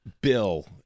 bill